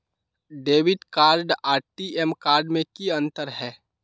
Debit card आर ATM card में की अंतर है?